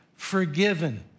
forgiven